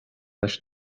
leis